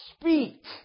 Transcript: speak